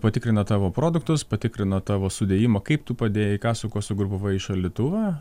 patikrina tavo produktus patikrina tavo sudėjimą kaip tu padėjai ką su kuo sugrupavai į šaldytuvą